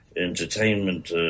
entertainment